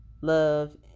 love